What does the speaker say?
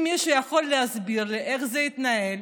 אם מישהו יכול להסביר לי איך זה יתנהל,